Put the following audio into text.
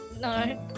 No